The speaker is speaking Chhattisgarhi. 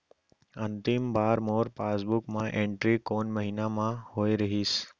अंतिम बार मोर पासबुक मा एंट्री कोन महीना म होय रहिस?